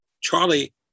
Charlie